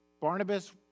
Barnabas